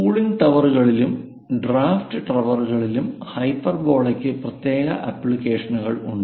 cooling ടവറുകളിലും draft ടവറുകളിലും ഹൈപ്പർബോളയ്ക്ക് പ്രത്യേക ആപ്ലിക്കേഷനുകൾ ഉണ്ട്